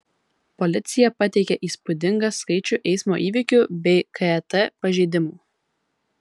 policija pateikė įspūdingą skaičių eismo įvykių bei ket pažeidimų